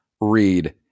read